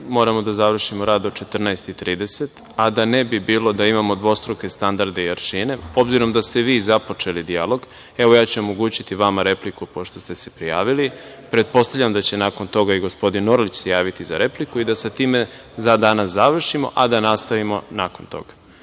moramo da završimo rad do 14,30 časova, a da ne bi bilo da imamo dvostruke standarde i aršine. Obzirom da ste vi započeli dijalog, evo ja ću omogućiti vama repliku, pošto ste se prijavili. Pretpostavljam da će se nakon toga i gospodin Orlić javiti za repliku i da sa time za danas završimo, a da nastavimo nakon toga.